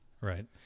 Right